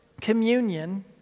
communion